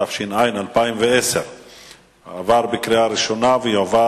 התש"ע 2010. החוק עבר בקריאה ראשונה ויועבר